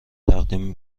تقدیم